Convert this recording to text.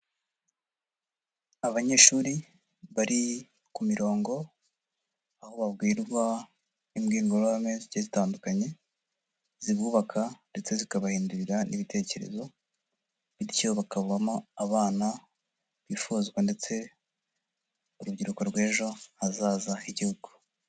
Abanyeshuri bari ku mirongo, aho babwirwa imbwirwarahame zigiye zitandukanye, zibubaka ndetse zikabahindurira n'ibitekerezo, bityo bakavamo abana bifuzwa ndetse urubyiruko rw'ejo hazaza h'igihugu.